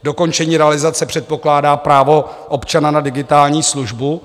Dokončení realizace předpokládá právo občana na digitální službu.